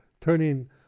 turning